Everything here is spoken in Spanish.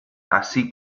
así